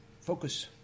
focus